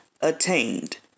attained